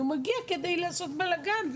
הוא מגיע כדי לעשות בלגאן,